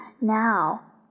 now